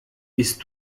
isst